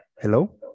Hello